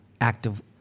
active